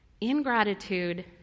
ingratitude